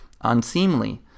unseemly